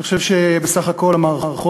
אני חושב שבסך הכול המערכות,